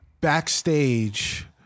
Backstage